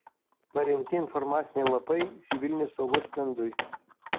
parengti informaciniai lapai civilinės saugos stendui